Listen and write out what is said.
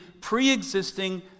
pre-existing